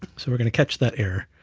so we're gonna catch that error.